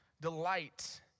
delight